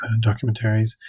documentaries